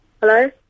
Hello